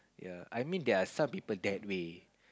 ya I mean there are some people that way